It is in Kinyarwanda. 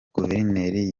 guverineri